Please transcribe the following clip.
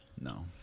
No